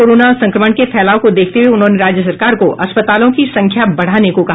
corona संक्रमण के फैलाव को देखते हुये उन्होंने राज्य सरकार को अस्पतालों की संख्या बढ़ाने को कहा